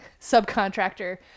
subcontractor